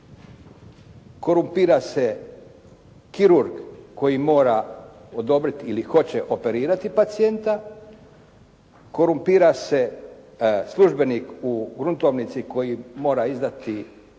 Korumpira se kirurg koji mora odobriti ili hoće operirati pacijenta, korumpira se službenik u gruntovnici koji mora izvaditi